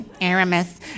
Aramis